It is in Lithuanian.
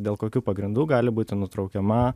dėl kokių pagrindų gali būti nutraukiama